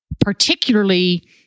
particularly